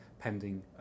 pending